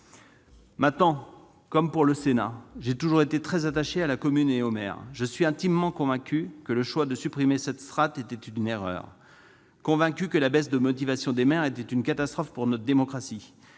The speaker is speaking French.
l'avenir. Comme tout le Sénat, j'ai toujours été très attaché à la commune et aux maires. Je suis intimement convaincu que le choix de supprimer cette strate serait une erreur et que la baisse de motivation des maires est une catastrophe pour notre démocratie.